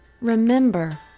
remember